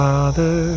Father